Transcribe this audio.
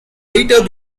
later